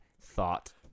thought